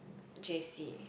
Jessie